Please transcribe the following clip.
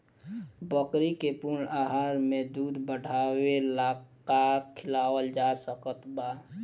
बकरी के पूर्ण आहार में दूध बढ़ावेला का खिआवल जा सकत बा?